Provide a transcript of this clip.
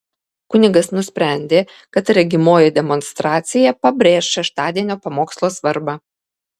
kunigas nusprendė kad regimoji demonstracija pabrėš šeštadienio pamokslo svarbą